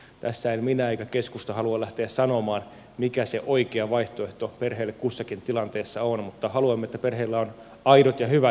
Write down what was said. tässä en minä eikä keskusta halua lähteä sanomaan mikä se oikea vaihtoehto perheelle kussakin tilanteessa on mutta haluamme että perheillä on aidot ja hyvät vaihtoehdot käsillä